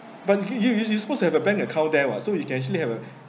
but you you you supposed to have a bank account there what so you can actually have a